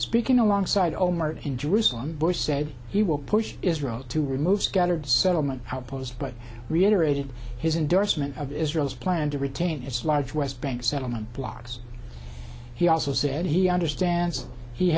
speaking alongside olmert in jerusalem bush said he will push israel to remove scattered settlement outposts but reiterated his endorsement of israel's plan to retain its large west bank settlement blocks he also said he understands he